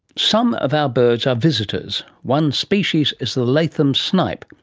some of our birds are visitors. one species is the latham snipe,